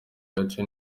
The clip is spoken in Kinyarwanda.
gace